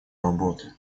работы